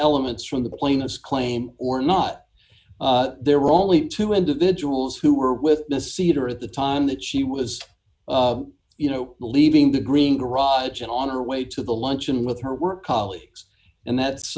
elements from the plaintiff claim or not there were only two individuals who were with the cedar at the time that she was you know leaving the green garage and on her way to the luncheon with her work colleagues and that's